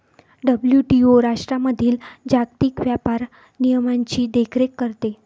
WTO राष्ट्रांमधील जागतिक व्यापार नियमांची देखरेख करते